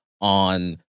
on